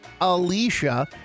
Alicia